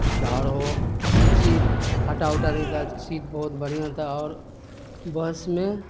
کچھ اور ہو سیٹ پھٹا وٹا نہیں تھا سیٹ بہت بڑھیا تھا اور بس میں